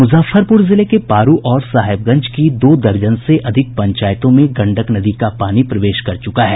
मुजफ्फरपुर जिले के पारू और साहेबगंज की दो दर्जन से अधिक पंचायतों में गंडक नदी का पानी प्रवेश कर चुका है